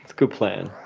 good plan.